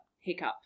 hiccup